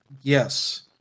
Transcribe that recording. yes